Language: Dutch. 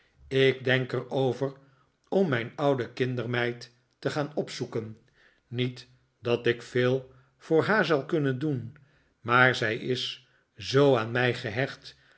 ik denk er over om mijn oude kindermeid te gaan opzoeken niet dat ik veel voor haar zal kunnen doen maar zij is zoo aan mij gehecht